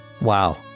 Wow